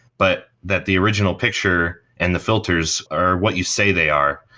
but that the original picture and the filters are what you say they are.